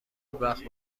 وقت